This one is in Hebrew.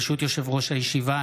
ברשות יושב-ראש הישיבה,